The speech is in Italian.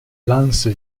lance